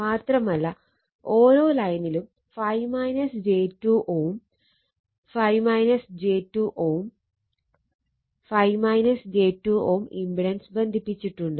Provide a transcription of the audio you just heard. മാത്രമല്ല ഓരോ ലൈനിലും Ω 5 j2 Ω 5 j 2 Ω ഇമ്പിടൻസ് ബന്ധിപ്പിച്ചിട്ടുണ്ട്